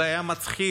זה היה מצחיק